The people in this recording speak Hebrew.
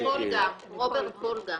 רוברט פולגום.